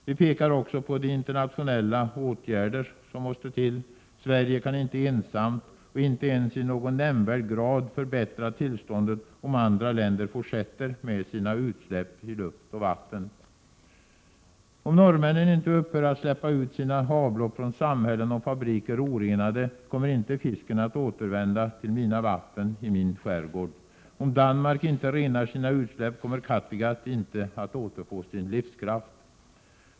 Vi pekar också på de internationella åtgärder som måste till. Sverige kan inte ensamt, och inte ens i någon nämnvärd grad, förbättra tillståndet om andra länder fortsätter med sina utsläpp i luft och vatten. Om norrmännen inte upphör att släppa ut sina avlopp från samhällen och fabriker orenade, kommer inte fisken att återvända till mina vatten i min skärgård. Om Danmark inte renar sina utsläpp kommer Kattegatt inte att återfå sin livskraft.